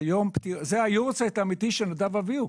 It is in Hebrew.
זה יום הזיכרון האמיתי של נדב אביהו,